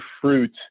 fruit